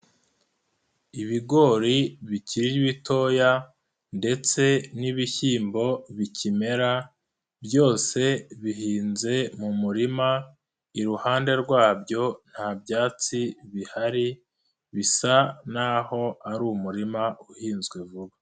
Ibigori bikiri bitoya ndetse n'ibishyimbo bikimera byose bihinze mu muririma, iruhande rwabyo nta byatsi bihari, bisa naho ari umurima uhinzwe vuba.